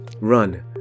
run